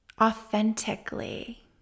authentically